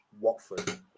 Watford